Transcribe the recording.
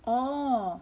oh